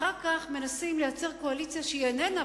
אחר כך מנסים לייצר קואליציה שהיא איננה,